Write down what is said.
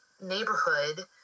neighborhood